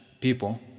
people